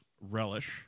relish